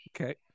Okay